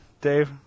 Dave